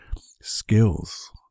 skills